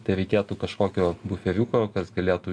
tai reikėtų kažkokio buferiuko kas galėtų